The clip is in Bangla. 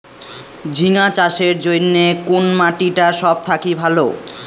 ঝিঙ্গা চাষের জইন্যে কুন মাটি টা সব থাকি ভালো?